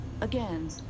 again